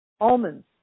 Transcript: almonds